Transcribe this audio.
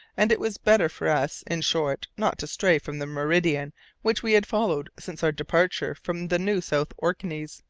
and it was better for us, in short, not to stray from the meridian which we had followed since our departure from the new south orkneys.